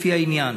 לפי העניין".